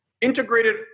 integrated